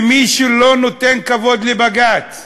ומי שלא נותן כבוד לבג"ץ,